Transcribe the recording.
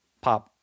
pop